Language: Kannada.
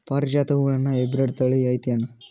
ಪಾರಿಜಾತ ಹೂವುಗಳ ಹೈಬ್ರಿಡ್ ಥಳಿ ಐತೇನು?